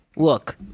look